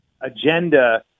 agenda